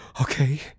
okay